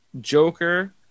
Joker